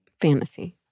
fantasy